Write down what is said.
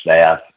staff